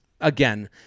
again